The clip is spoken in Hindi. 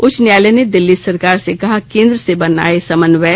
उच्च न्यायालय ने दिल्ली सरकार से कहा केन्द्र से बनाये समन्वय